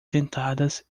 sentadas